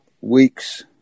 Weeks